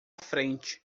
frente